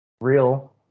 real